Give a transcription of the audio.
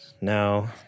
No